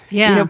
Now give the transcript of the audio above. yeah.